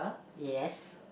yes